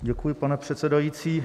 Děkuji, pane předsedající.